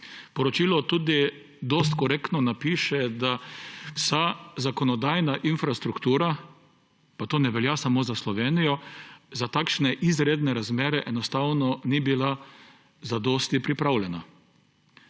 Poročilo tudi dosti korektno napiše, da vsa zakonodajna infrastruktura, pa to ne velja samo za Slovenijo, za takšne izredne razmere enostavno ni bila zadosti pripravljena.